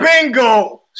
Bingo